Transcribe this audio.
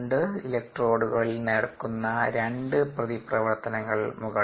ഇലക്ട്രോഡുകളിൽ നടക്കുന്ന 2 പ്രതിപ്രവർത്തനങ്ങൾ മുകളിൽ ഉണ്ട്